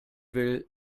will